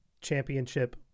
championship